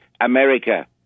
America